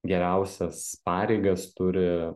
geriausias pareigas turi